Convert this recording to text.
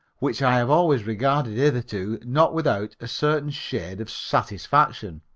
which i have always regarded hitherto not without a certain shade of satisfaction.